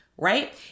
Right